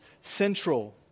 central